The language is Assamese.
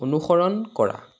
অনুসৰণ কৰা